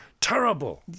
Terrible